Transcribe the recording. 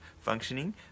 functioning